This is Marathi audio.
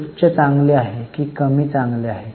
उच्च चांगले आहे की कमी चांगले आहे